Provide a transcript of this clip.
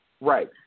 Right